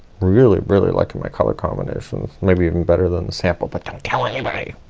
really, really liking my color combinations. maybe even better than the sample but tell anybody.